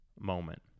moment